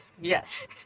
Yes